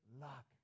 luck